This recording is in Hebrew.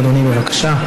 אדוני, בבקשה.